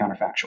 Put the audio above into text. counterfactual